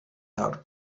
out